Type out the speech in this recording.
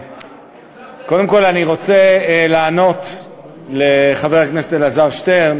קודם כול, אני רוצה לענות לחבר הכנסת אלעזר שטרן